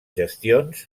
gestions